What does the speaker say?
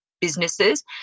businesses